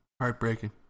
Heartbreaking